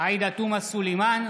עאידה תומא סלימאן,